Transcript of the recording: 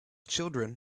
children